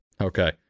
Okay